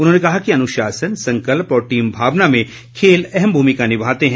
उन्होंने कहा कि अनुशासन संकल्प और टीम भावना में खेल अहम भूमिका निभाते हैं